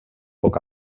poc